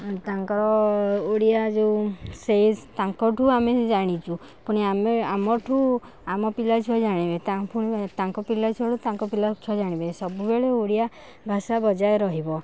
ତାଙ୍କର ଓଡ଼ିଆ ଯେଉଁ ସେଇ ତାଙ୍କଠୁ ଆମେ ଜାଣିଛୁ ପୁଣି ଆମେ ଆମଠୁ ଆମ ପିଲା ଛୁଆ ଜାଣିବେ ତା ଫୁଣି ତାଙ୍କ ପିଲା ଛୁଆ ବି ତାଙ୍କ ପିଲା ଛୁଆ ଜାଣିବେ ସବୁବେଳେ ଓଡ଼ିଆ ଭାଷା ବଜାୟ ରହିବ